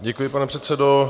Děkuji, pane předsedo.